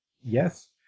yes